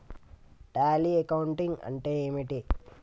Tally accounting అంటే ఏమిటి?